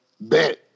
Bet